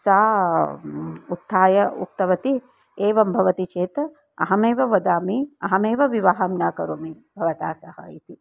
सा उत्थाय उक्तवती एवं भवति चेत् अहमेव वदामि अहमेव विवाहं न करोमि भवता सह इति